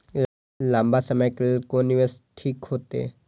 लंबा समय के लेल कोन निवेश ठीक होते?